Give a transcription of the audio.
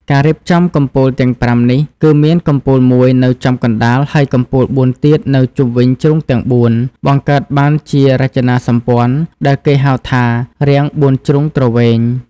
ការរៀបចំកំពូលទាំងប្រាំនេះ គឺមានកំពូលមួយនៅចំកណ្តាល ហើយកំពូលបួនទៀតនៅជុំវិញជ្រុងទាំងបួន បង្កើតបានជារចនាសម្ព័ន្ធដែលគេហៅថា រាងបួនជ្រុងទ្រវែង។